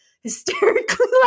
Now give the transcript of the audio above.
hysterically